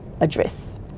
address